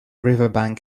riverbank